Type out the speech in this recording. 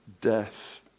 death